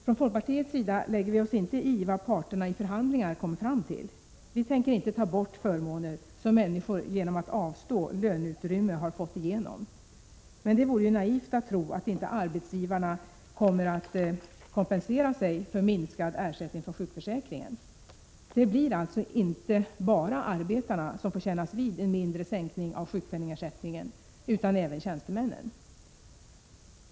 Från folkpartiets sida lägger vi oss inte i vad parterna i förhandlingar kommer fram till. Vi tänker inte ta bort förmåner som människor har fått genom att avstå löneutrymme. Men det vore naivt att tro att inte arbetsgivarna kommer att kompensera sig för minskad ersättning från sjukförsäkringen. Det blir alltså inte bara arbetarna som får kännas vid en mindre sänkning av sjukpenningersättningen utan även tjänstemännen.